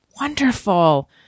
wonderful